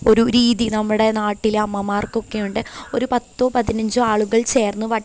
ഒരു രീതി നമ്മുടെ നാട്ടിലെ അമ്മമാർക്കൊക്കെ ഉണ്ട് ഒരു പത്തോ പതിനഞ്ചോ ആളുകൾ ചേർന്ന്